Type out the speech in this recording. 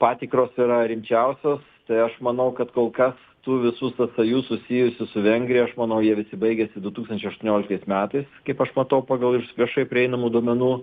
patikros yra rimčiausios tai aš manau kad kol kas tų visų sąsajų susijusių su vengrija aš manau jie visi baigėsi du tūkstančiai aštuonioliktais metais kaip aš matau pagal iš viešai prieinamų duomenų